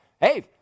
Hey